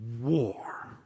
war